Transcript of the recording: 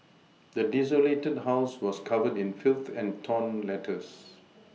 the desolated house was covered in filth and torn letters